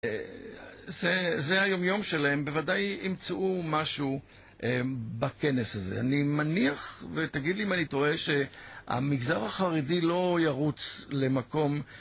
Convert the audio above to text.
זה היומיום שלהם, בוודאי ימצאו משהו בכנס הזה אני מניח, ותגיד לי אם אני טועה, שהמגזר החרדי לא ירוץ למקום